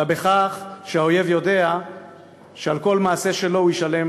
אלא בכך שהאויב יודע שעל כל מעשה שלו הוא ישלם